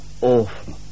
awful